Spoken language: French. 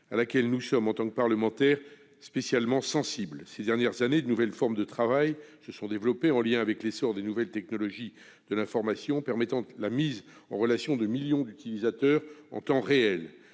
à laquelle nous sommes, en tant que parlementaires, spécialement sensibles. Ces dernières années, de nouvelles formes de travail se sont développées avec l'essor des nouvelles technologies de l'information, qui permettent la mise en relation de millions d'utilisateurs en temps réel.